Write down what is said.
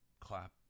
clap